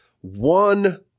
one